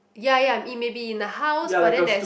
ya ya it may be in the house but then there's